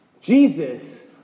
Jesus